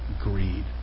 greed